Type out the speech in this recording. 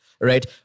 right